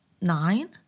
nine